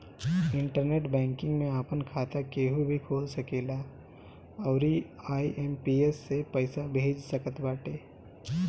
internet banking में आपन खाता केहू भी खोल सकेला अउरी आई.एम.पी.एस से पईसा भेज सकत बाटे